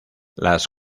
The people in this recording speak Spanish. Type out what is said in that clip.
las